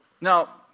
Now